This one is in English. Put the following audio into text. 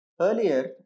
Earlier